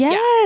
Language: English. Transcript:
Yes